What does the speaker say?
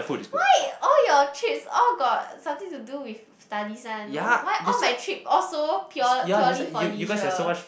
why all your trips all got something to do with studies one no why all my trip all so pure~ purely for leisure